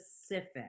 specific